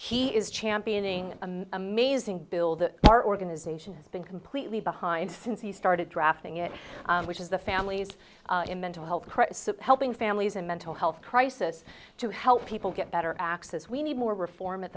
next he is championing amazing bill that our organization has been completely behind since he started drafting it which is the families in mental health helping families in mental health crisis to help people get better access we need more reform at